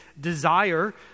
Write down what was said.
desire